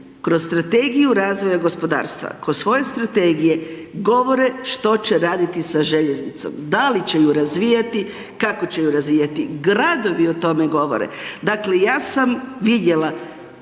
kroz strategiju razvoja gospodarstva kao svoje strategije govore što će raditi sa željeznicom. Da li će ju razvijati kako će ju razvijati, gradovi o tome govore. Dakle ja sam vidjela